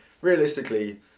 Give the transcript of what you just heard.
realistically